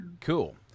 cool